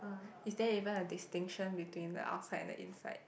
is there even a distinction between the outside and inside